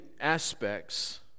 aspects